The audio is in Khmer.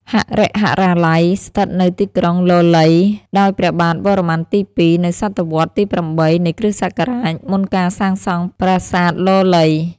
ហរិហរាល័យ ស្ថិតនៅទីក្រុងលលៃ ដោយព្រះបាទវរ្ម័នទី២ នៅសតវត្សរ៍ ទី៨ នៃគ្រិស្តសករាជ មុនការសាងសង់ ប្រាសាទលលៃ ។